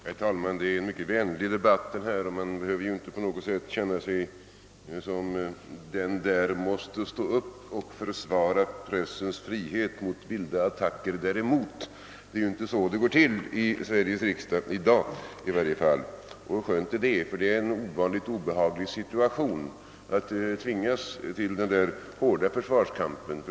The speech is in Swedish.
Herr talman! Detta är en vänlig debatt, och man behöver inte på något sätt känna sig som den som måste stå upp och försvara pressens frihet och slå tillbaka vilda attacker däremot. Det är ju inte så det går till i Sveriges riksdag — i varje fall inte i dag — och skönt är det, ty det är en ovanligt obehaglig situation när man tvingas till denna hårda försvarskamp.